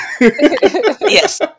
Yes